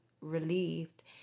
relieved